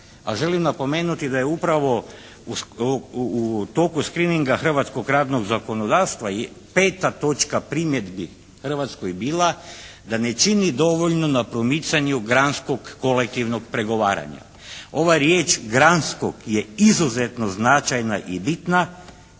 A želim napomenuti da je upravo u toku screeninga hrvatskog radnog zakonodavstva 5. točka primjedbi Hrvatskoj bila da ne čini dovoljno na promicanju granskog kolektivnog pregovaranja. Ova riječ "granskog" je izuzetno značajna i bitna,